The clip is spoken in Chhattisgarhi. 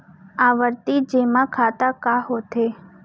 आवर्ती जेमा खाता का होथे?